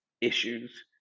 issues